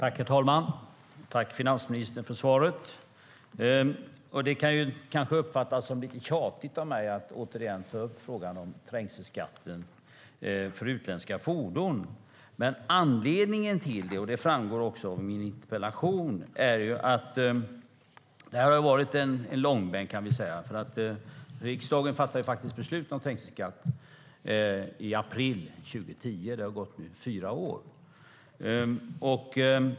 Herr talman! Jag tackar finansministern för svaret. Det kan kanske uppfattas som lite tjatigt av mig att återigen ta upp frågan om trängselskatt för utländska fordon. Anledningen är att det har blivit en långbänk, vilket också framgår av min interpellation. Riksdagen fattade beslut om trängselskatt i april 2010. Det har nu gått fyra år.